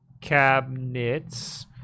cabinets